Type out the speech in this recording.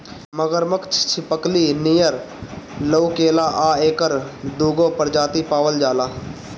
मगरमच्छ छिपकली नियर लउकेला आ एकर दूगो प्रजाति पावल जाला